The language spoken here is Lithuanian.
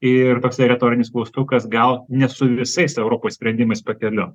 ir toksai retorinis klaustukas gal ne su visais europos sprendimais pakeliu